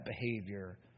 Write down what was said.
behavior